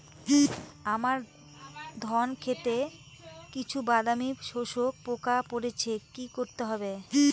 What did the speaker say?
আমার ধন খেতে কিছু বাদামী শোষক পোকা পড়েছে কি করতে হবে?